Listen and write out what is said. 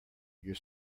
your